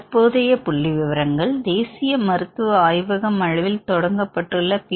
தற்போதைய புள்ளிவிவரங்கள் தேசிய மருத்துவ ஆய்வகம் அளவில் தொடங்கப்பட்டுள்ள பி